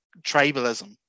tribalism